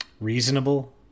reasonable